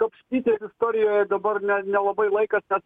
kapstytis istorijoje dabar nelabai laikas kad